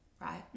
Right